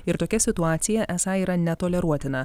ir tokia situacija esą yra netoleruotina